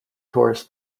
tourists